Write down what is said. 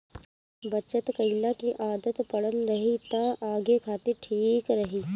बचत कईला के आदत पड़ल रही त आगे खातिर ठीक रही